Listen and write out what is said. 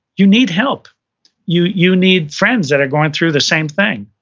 you need help you you need friends that are going through the same thing.